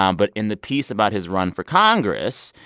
um but in the piece about his run for congress,